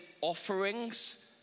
offerings